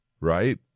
Right